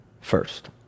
first